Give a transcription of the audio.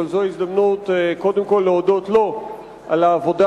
אבל זו ההזדמנות קודם כול להודות לו על העבודה